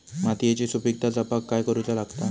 मातीयेची सुपीकता जपाक काय करूचा लागता?